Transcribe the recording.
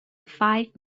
five